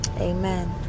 amen